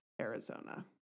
Arizona